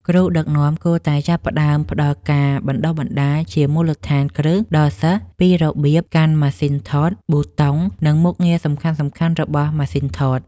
គ្រូដឹកនាំគួរតែចាប់ផ្ដើមផ្ដល់ការបណ្ដុះបណ្ដាលជាមូលដ្ឋានគ្រឹះដល់សិស្សពីរបៀបកាន់ម៉ាសុីនថត ប៊ូតុង និងមុខងារសំខាន់ៗរបស់ម៉ាសុីនថត។